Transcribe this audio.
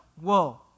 whoa